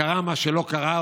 קרה משהו שלא קרה,